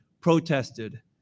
protested